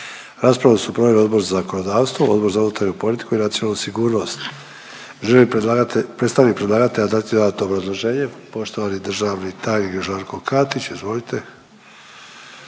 Raspravu su proveli Odbor za zakonodavstvo, Odbor za unutarnju politiku i nacionalnu sigurnost. Želi li predstavnik predlagatelja dati dodatno obrazloženje? Poštovani državni tajnik Žarko Karić. Izvolite.